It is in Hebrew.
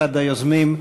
אחד היוזמים,